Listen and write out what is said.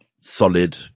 solid